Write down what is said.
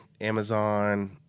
Amazon